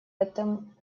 этом